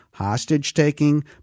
hostage-taking